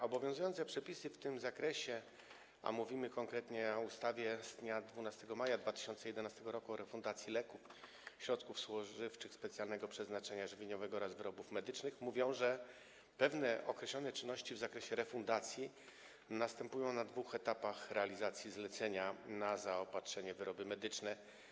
Obowiązujące przepisy w tym zakresie, a mówimy konkretnie o ustawie z dnia 12 maja 2011 r. o refundacji leków, środków spożywczych specjalnego przeznaczenia żywieniowego oraz wyrobów medycznych, mówią, że pewne określone czynności w zakresie refundacji następują na dwóch etapach realizacji zlecenia na zaopatrzenie w wyroby medyczne.